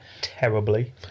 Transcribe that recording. Terribly